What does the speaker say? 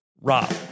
ROB